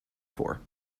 for